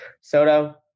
Soto